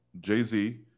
Jay-Z